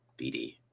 BD